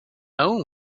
own